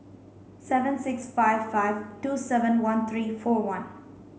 seven six five five two seven one three four one